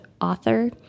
author